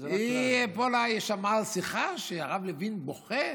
פולה שמעה שיחה שהרב לוין בוכה,